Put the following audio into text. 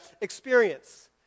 experience